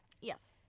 Yes